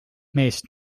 meest